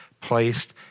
placed